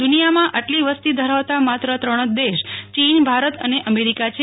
દુનિયામાં આટલી વસ્તી ધરાવતા માત્ર ત્રણ જ દેશ ચીન ભારત અને અમેરીકા છે